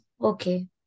okay